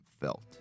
Felt